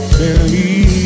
believe